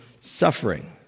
suffering